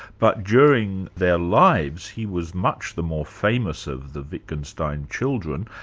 but during their lives, he was much the more famous of the wittgenstein children.